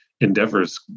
endeavors